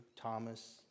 Thomas